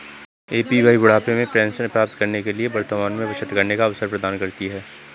APY बुढ़ापे में pension प्राप्त करने के लिए वर्तमान में बचत करने का अवसर प्रदान करती है